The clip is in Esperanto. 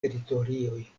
teritorioj